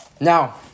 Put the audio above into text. Now